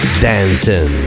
dancing